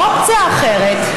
והאופציה האחרת,